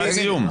משפט סיום.